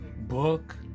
book